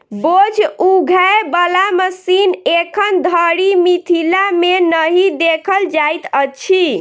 बोझ उघै बला मशीन एखन धरि मिथिला मे नहि देखल जाइत अछि